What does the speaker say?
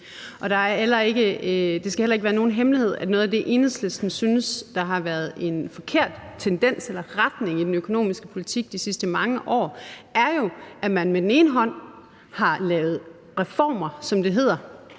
Det skal heller ikke være nogen hemmelighed, at noget af det, Enhedslisten synes har været en forkert tendens eller retning i den økonomiske politik de sidste mange år, jo er, at man med den ene hånd har lavet reformer, som det hedder